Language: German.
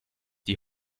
die